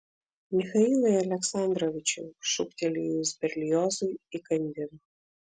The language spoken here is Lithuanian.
michailai aleksandrovičiau šūktelėjo jis berliozui įkandin